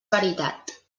veritat